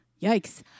yikes